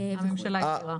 הממשלה אישרה.